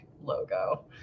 logo